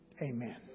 Amen